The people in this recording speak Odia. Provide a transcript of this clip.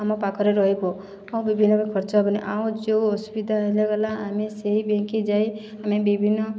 ଆମ ପାଖରେ ରହିବ ଆଉ ବିଭିନ୍ନ ଖର୍ଚ୍ଚ ହବନି ଆଉ ଯେଉଁ ଅସୁବିଧା ହେଲେ ଗଲା ଆମେ ସେହି ବେଙ୍କକେ ଯାଇ ଆମେ ବିଭିନ୍ନ